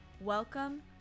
Welcome